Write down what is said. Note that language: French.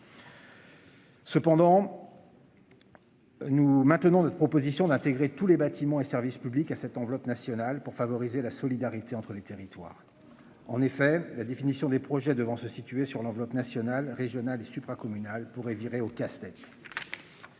Cependant. Nous maintenons notre proposition d'intégrer tous les bâtiments et services publics à cette enveloppe nationale pour favoriser la solidarité entre les territoires. En effet, la définition des projets devant se situer sur l'enveloppe nationale régionale et supra-communal pourrait virer au casse-tête.